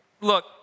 Look